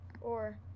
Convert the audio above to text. Or-